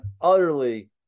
utterly